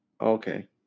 Okay